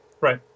Right